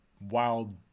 wild